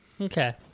okay